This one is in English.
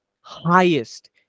highest